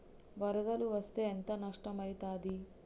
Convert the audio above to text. వరదలు వస్తే ఎంత నష్టం ఐతది?